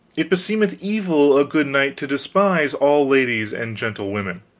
it beseemeth evil a good knight to despise all ladies and gentlewomen,